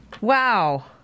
Wow